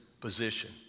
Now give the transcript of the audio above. position